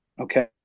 okay